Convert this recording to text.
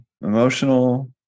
emotional